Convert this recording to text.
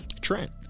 Trent